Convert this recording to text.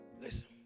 listen